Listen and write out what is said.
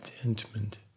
Contentment